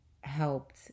helped